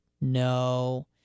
No